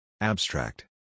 Abstract